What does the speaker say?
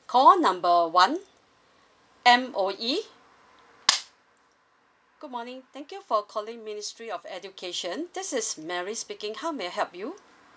call number one M_O_E good morning thank you for calling ministry of education this is mary speaking how may I help you